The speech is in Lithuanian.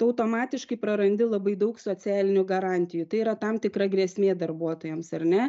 tu automatiškai prarandi labai daug socialinių garantijų tai yra tam tikra grėsmė darbuotojams ar ne